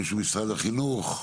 מישהו ממשרד החינוך,